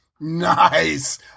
Nice